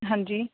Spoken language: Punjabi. ਹਾਂਜੀ